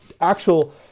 actual